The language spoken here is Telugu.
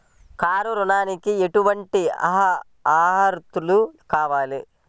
కారు ఋణంకి ఎటువంటి అర్హతలు కావాలి?